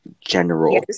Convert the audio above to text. general